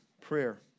prayer